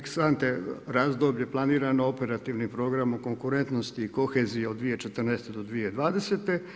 ante razdoblje planirano operativnim programom konkurentnosti i kohezije od 2014. do 2020.